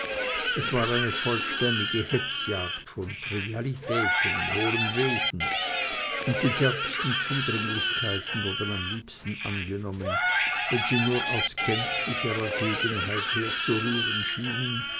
es war eine vollständige hetzjagd von trivialitäten und hohlem wesen und die derbsten zudringlichkeiten wurden am liebsten angenommen wenn sie nur aus gänzlicher ergebenheit herzurühren schienen